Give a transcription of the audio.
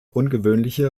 ungewöhnliche